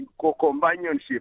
co-companionship